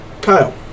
Kyle